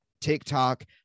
TikTok